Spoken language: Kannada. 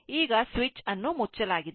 ಈಗ ಸ್ವಿಚ್ ಮುಚ್ಚಲಾಗಿದೆ